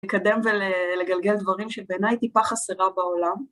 לקדם ולגלגל דברים שבעיניי טיפה חסרה בעולם.